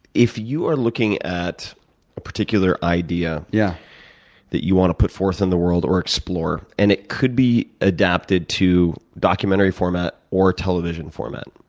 if you are looking at a particular idea yeah that you want to put forth in the world or explore, and it could be adapted to documentary format or television format.